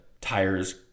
tires